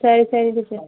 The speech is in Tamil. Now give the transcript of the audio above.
சரி சரிங்க சார்